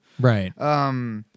Right